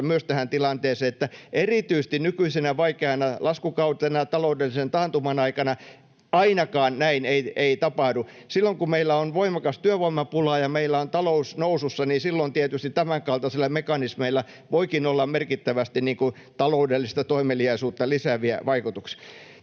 tähän tilanteeseen, että erityisesti nykyisenä vaikeana laskukautena, taloudellisen taantuman aikana, näin ei ainakaan tapahdu. Silloin kun meillä on voimakas työvoimapula ja meillä on talous nousussa, niin silloin tietysti tämänkaltaisilla mekanismeilla voikin olla merkittävästi taloudellista toimeliaisuutta lisääviä vaikutuksia.